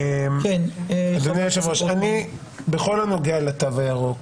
אדוני היושב-ראש, בכל הנוגע לתו הירוק,